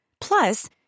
Plus